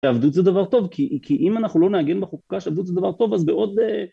ועבדות זה דבר טוב, כי אם אנחנו לא נהגים בחוקה שעבדות זה דבר טוב אז בעוד...